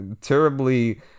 terribly